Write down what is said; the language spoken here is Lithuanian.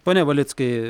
pone valickai